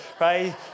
right